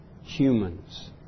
humans